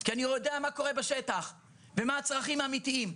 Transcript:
כי אני יודע מה קורה בשטח ומה הצרכים האמיתיים.